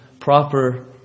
Proper